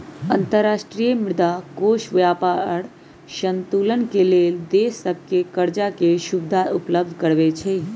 अंतर्राष्ट्रीय मुद्रा कोष व्यापार संतुलन के लेल देश सभके करजाके सुभिधा उपलब्ध करबै छइ